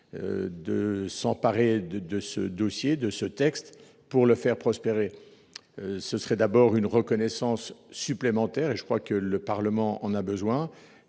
De s'emparer de de ce dossier de ce texte pour le faire prospérer. Ce serait d'abord une reconnaissance supplémentaire et je crois que le Parlement. On a besoin